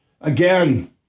again